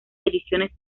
ediciones